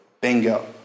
Bingo